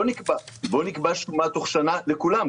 בוא נקבע שומה תוך שנה לכולם,